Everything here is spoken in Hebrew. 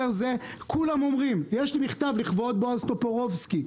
כולם אומרים: יש לי מכתב לכבוד בועז טופורובסקי,